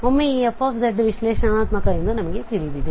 ಒಮ್ಮೆ ಈ f ವಿಶ್ಲೇಷಣಾತ್ಮಕ ಎಂದು ನಮಗೆ ತಿಳಿದಿದೆ